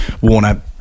Warner